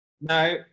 No